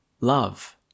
love